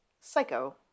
Psycho